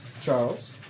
Charles